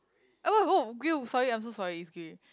eh oh grey sorry I am so sorry it's grey